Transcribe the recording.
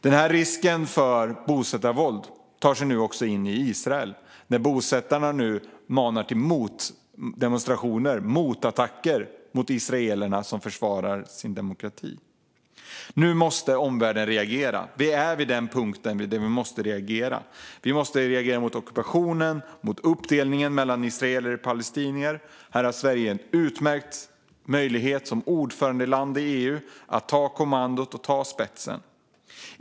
Den här risken för bosättarvåld tar sig också in i Israel när bosättarna nu manar till motdemonstrationer och motattacker mot israelerna som försvarar sin demokrati. Nu måste omvärlden reagera. Vi är vid en punkt där vi måste reagera. Vi måste reagera mot ockupationen, mot uppdelningen mellan israeler och palestinier. Här har Sverige som ordförandeland i EU en utmärkt möjlighet att ta kommandot och gå i spetsen.